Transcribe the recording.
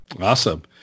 Awesome